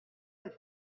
was